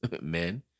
men